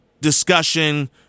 discussion